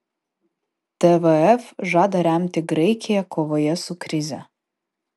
tvf žada remti graikiją kovoje su krize